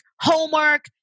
homework